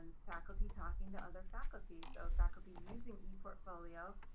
and faculty talking to other faculty, so faculty using eportfolio,